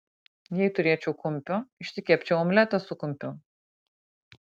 jei turėčiau kumpio išsikepčiau omletą su kumpiu